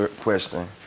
question